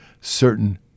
certain